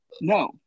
No